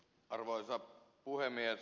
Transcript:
arvoisa puhemies